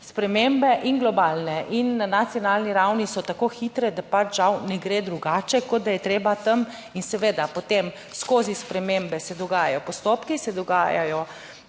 Spremembe in globalne in na nacionalni ravni so tako hitre, da pač žal ne gre drugače, kot da je treba tam in seveda potem skozi spremembe se dogajajo postopki, se dogajajo,